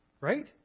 Right